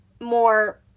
more